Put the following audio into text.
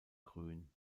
grün